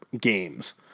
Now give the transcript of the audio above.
games